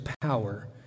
power